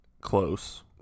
close